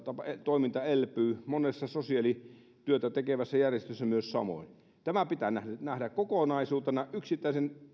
toiminta elpyy monessa sosiaalityötä tekevässä järjestössä myös samoin tämä pitää nähdä kokonaisuutena yksittäisen